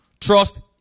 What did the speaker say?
Trust